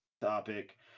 topic